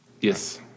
Yes